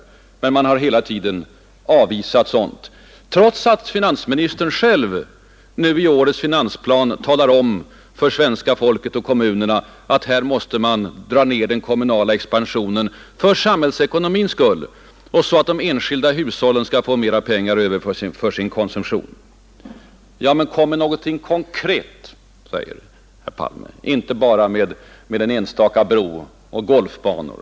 Socialdemokraterna har hela tiden avvisat sådant, trots att finansministern själv i årets finansplan talat om för svenska folket och kommunerna att de måste dra ned den kommunala expansionen för samhällsekonomins skull och för att de enskilda hushållen skall få mera över för sin konsumtion. Kom med någonting ”konkret”, säger herr Palme, och inte bara med en enstaka bro och golfbanor.